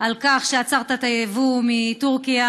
על כך שעצר את היבוא מטורקיה.